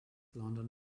london